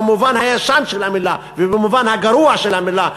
במובן הישן של המילה ובמובן הגרוע של המילה,